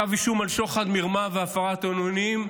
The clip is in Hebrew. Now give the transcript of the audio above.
כתב אישום על שוחד מרמה והפרת אמונים,